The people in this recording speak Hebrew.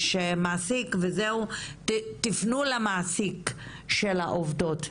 יש מעסיק וזהו "תפנו למעסיק של העובדות".